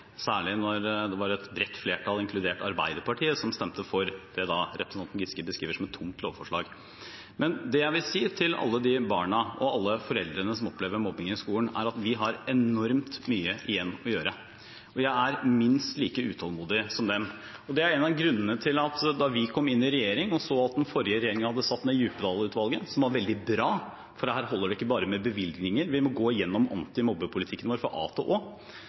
særlig når det var et bredt flertall – inkludert Arbeiderpartiet – som stemte for det representanten Giske beskriver som et tomt lovforslag. Men det jeg vil si til alle de barna og alle foreldrene som opplever mobbing i skolen, er at vi har enormt mye igjen å gjøre, og jeg er minst like utålmodig som dem. Det er en av grunnene til at da vi kom inn i regjering og så at den forrige regjeringen hadde satt ned Djupedal-utvalget – som var veldig bra, for her holder det ikke bare med bevilgninger, vi må gå gjennom anti-mobbepolitikken vår